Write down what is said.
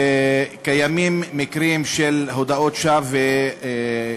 קיימים מקרים של הודאות שווא,